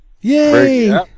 Yay